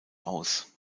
aus